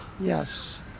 Yes